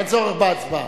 אין צורך בהצבעה.